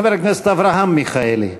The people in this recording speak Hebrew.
חבר הכנסת אברהם מיכאלי,